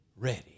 Ready